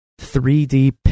3d